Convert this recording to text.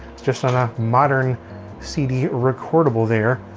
it's just on a modern cd recordable there.